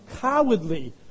cowardly